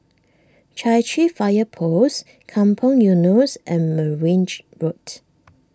Chai Chee Fire Post Kampong Eunos and Merryn G Road